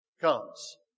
comes